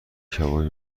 کبابی